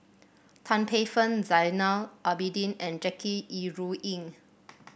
Tan Paey Fern Zainal Abidin and Jackie Yi Ru Ying